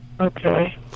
okay